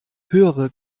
höhere